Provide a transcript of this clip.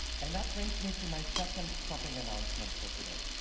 and that brings me to my second shopping announcement for today.